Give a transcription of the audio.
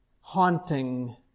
haunting